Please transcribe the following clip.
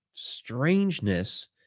Strangeness